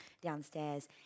downstairs